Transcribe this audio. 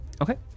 Okay